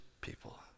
people